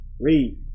Read